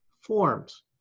forms